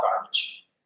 garbage